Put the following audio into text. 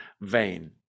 vain